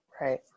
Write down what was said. Right